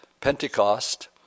Pentecost